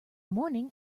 morning